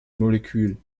molekül